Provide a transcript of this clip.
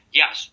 yes